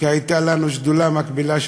כי הייתה לנו ישיבת שדולה מקבילה,